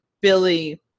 billy